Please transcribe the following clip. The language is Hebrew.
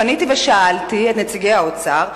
פניתי ושאלתי את נציגי האוצר.